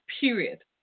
period